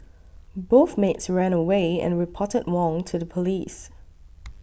both maids ran away and reported Wong to the police